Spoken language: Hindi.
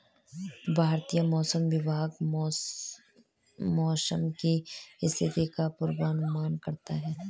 भारतीय मौसम विभाग मौसम की स्थिति का पूर्वानुमान करता है